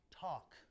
Talk